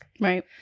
Right